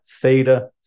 theta